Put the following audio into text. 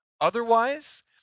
Otherwise